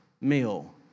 meal